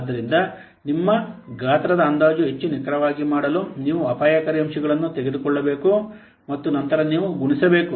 ಆದ್ದರಿಂದ ನಿಮ್ಮ ಗಾತ್ರದ ಅಂದಾಜು ಹೆಚ್ಚು ನಿಖರವಾಗಿ ಮಾಡಲು ನೀವು ಅಪಾಯಕಾರಿ ಅಂಶಗಳನ್ನು ತೆಗೆದುಕೊಳ್ಳಬೇಕು ಮತ್ತು ನಂತರ ನೀವು ಗುಣಿಸಬೇಕು